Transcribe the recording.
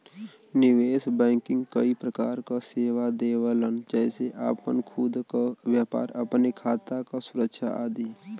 निवेश बैंकिंग कई प्रकार क सेवा देवलन जेसे आपन खुद क व्यापार, अपने खाता क सुरक्षा आदि